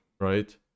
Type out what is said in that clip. right